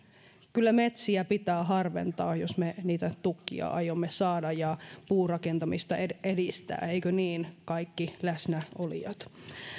kyllä metsiä pitää harventaa jos me niitä tukkeja aiomme saada ja puurakentamista edistää eikö niin kaikki läsnäolijat